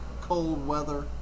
cold-weather